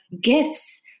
gifts